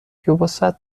یبوست